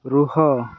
ରୁହ